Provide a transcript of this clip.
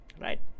Right